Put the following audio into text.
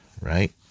right